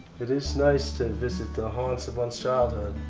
it is nice to visit the haunts of one's childhood.